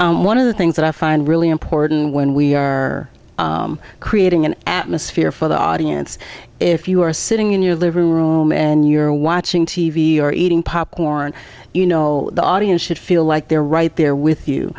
have one of the things that i find really important when we are creating an atmosphere for the audience if you are sitting in your living room and you're watching t v or eating popcorn you know the audience should feel like they're right there with you